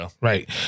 right